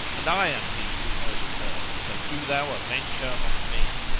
and i am he who murdered her, so do thou avenge her on me!